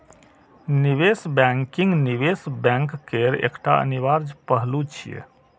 निवेश बैंकिंग निवेश बैंक केर एकटा अनिवार्य पहलू छियै